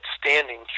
standing